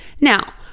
Now